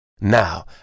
Now